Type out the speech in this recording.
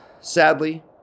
Sadly